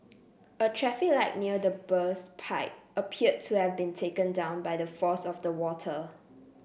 a traffic light near the burst pipe appeared to have been taken down by the force of the water